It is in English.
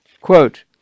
quote